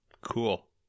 Cool